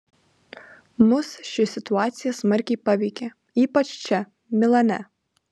mus ši situacija smarkiai paveikė ypač čia milane